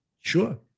Sure